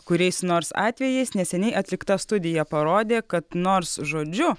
kuriais nors atvejais neseniai atlikta studija parodė kad nors žodžiu